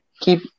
keep